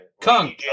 Kung